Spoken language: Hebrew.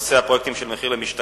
בנושא הפרויקטים של מחיר למשתכן.